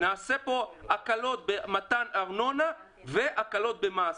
נעשה כאן הקלות במתן ארנונה והקלות במס,